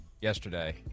yesterday